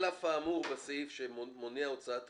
על אף האמור בסעיף שמונע הוצאת רכוש,